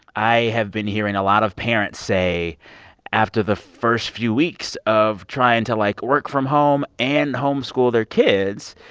i have been hearing a lot of parents say after the first few weeks of trying to, like, work from home and home-school their kids,